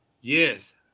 Yes